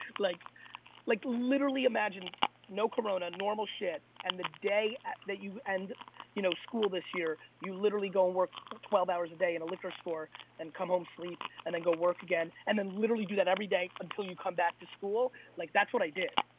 like like literally imagine no corona normal shit and the day that you end you know school this year you literally go and work twelve hours a day in a liquor store and come home sleep and then go work again and then literally do that every day until you come back to school. like that's what i did